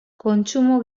kontsumo